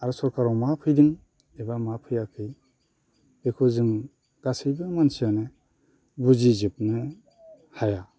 आरो सोरखाराव मा फैदों एबा मा फैयाखै बेखौ जों गासैबो मानसियानो बुजिजोबनो हाया